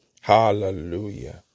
Hallelujah